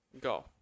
go